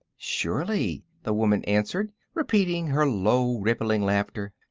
surely, the woman answered, repeating her low, rippling laughter.